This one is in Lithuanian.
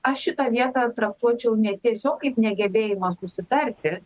aš šitą vietą traktuočiau ne tiesiog kaip negebėjimą susitarti